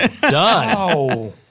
done